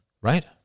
right